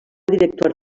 director